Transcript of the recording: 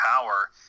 Power